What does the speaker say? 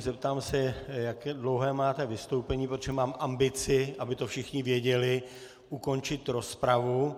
Zeptám se, jak dlouhé máte vystoupení, protože mám ambici, aby to všichni věděli, ukončit rozpravu.